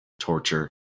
torture